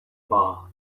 bar